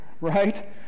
right